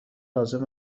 لازم